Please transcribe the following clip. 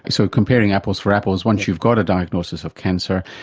so comparing apples for apples, once you got a diagnosis of cancer,